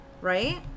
Right